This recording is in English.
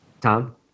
Tom